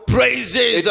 Praises